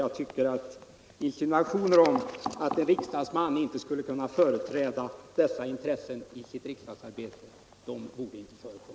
Insinuationer om att en riksdagsman som också är tidningsman inte skulle kunna företräda dessa intressen i sitt riksdagsarbete borde inte få förekomma i den här debatten.